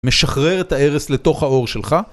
משחרר את הארס לתוך העור שלך